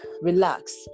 Relax